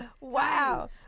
Wow